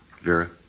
Vera